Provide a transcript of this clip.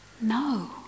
No